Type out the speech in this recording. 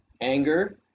anger